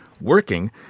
working